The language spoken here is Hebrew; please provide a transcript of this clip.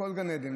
הכול גן עדן.